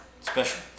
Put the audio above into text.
special